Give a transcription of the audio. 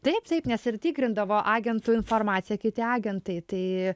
taip taip nes ir tikrindavo agentų informaciją kiti agentai tai